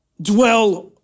dwell